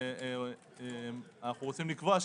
אנו רוצים לקבוע,